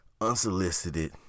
unsolicited